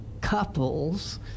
couples